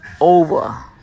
over